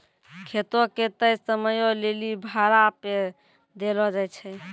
खेतो के तय समयो लेली भाड़ा पे देलो जाय छै